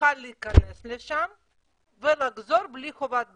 נוכל להיכנס לשם ולחזור בלי חובת בידוד.